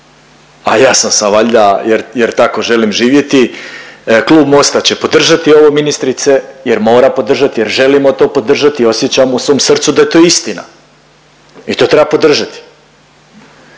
a jasan sam valjda jer, jer tako želim živjeti. Klub Mosta će podržati ovo ministrice, jer mora podržati jer želimo to podržati. Osjećam u svom srcu da je to istina i to treba podržati